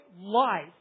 life